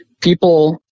people